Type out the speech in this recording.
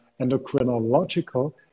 endocrinological